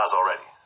already